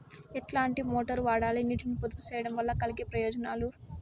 ఎట్లాంటి మోటారు వాడాలి, నీటిని పొదుపు సేయడం వల్ల కలిగే ప్రయోజనాలు?